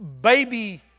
baby